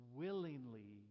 willingly